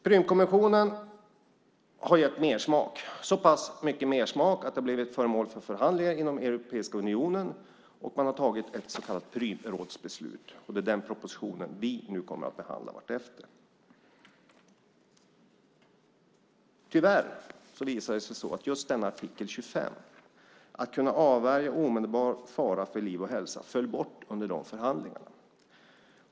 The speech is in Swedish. Prümkonventionen har gett mersmak - så pass mycket mersmak att den har blivit föremål för förhandlingar inom Europeiska unionen, och ett så kallat Prümrådsbeslut har fattats. Det är den propositionen vi nu kommer att behandla vartefter. Tyvärr har det visat sig att artikel 25, att kunna avvärja omedelbar fara för liv och hälsa, föll bort under förhandlingarna.